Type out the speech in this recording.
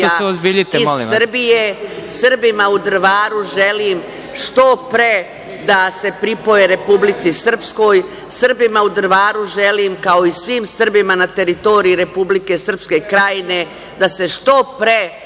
iz Srbije. Srbima u Drvaru želim što pre da se pripoje Republici Srpskoj. Srbima u Drvaru želim, kao i svim Srbima na teritoriji Republike Srpske Krajine da se što pre